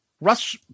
Russ